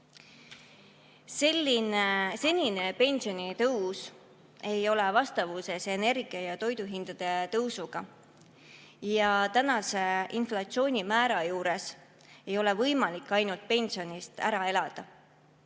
Senine pensionitõus ei ole vastavuses energia‑ ja toiduhindade tõusuga. Tänane inflatsioonimäär ei võimalda ainult pensionist ära elada.